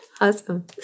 Awesome